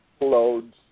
loads